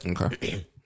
Okay